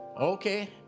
Okay